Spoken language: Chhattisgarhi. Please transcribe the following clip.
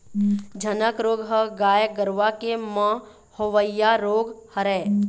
झनक रोग ह गाय गरुवा के म होवइया रोग हरय